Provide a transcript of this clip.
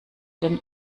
den